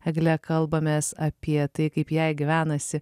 egle kalbamės apie tai kaip jai gyvenasi